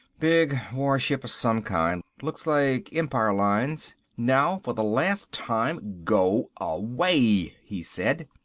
big warship of some kind, looks like empire lines. now for the last time go away! he said.